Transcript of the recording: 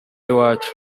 iwacu